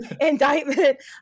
indictment